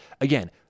again